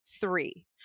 three